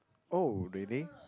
oh really